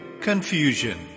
confusion